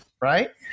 right